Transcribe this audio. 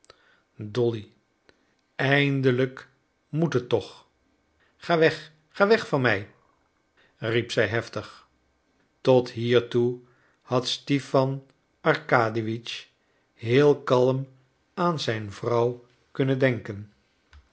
dolly eindelijk moet het toch ga weg ga weg van mij riep zij heftig tot hiertoe had stipan arkadiewitsch heel kalm aan zijn vrouw kunnen denken